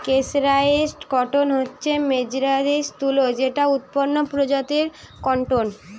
mercerised cotton হচ্ছে মার্জারিত তুলো যেটা উন্নত প্রজাতির কট্টন